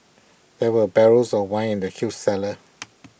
there were barrels of wine in the huge cellar